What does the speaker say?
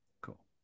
Cool